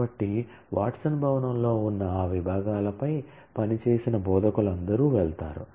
కాబట్టి వాట్సన్ భవనంలో ఉన్న ఆ విభాగాలపై పనిచేసిన బోధకులందరూ వెళ్తారు